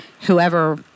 whoever